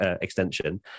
extension